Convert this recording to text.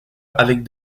avec